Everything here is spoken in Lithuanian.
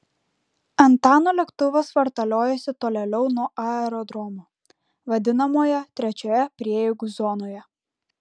antano lėktuvas vartaliojosi tolėliau nuo aerodromo vadinamoje trečioje prieigų zonoje